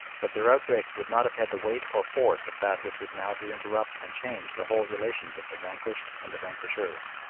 but their outbreaks would not have had the weight or force of that which was now to interrupt and change the whole relations of the vanquished and the vanquishers.